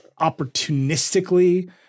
opportunistically